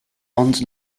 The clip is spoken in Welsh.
ond